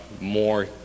more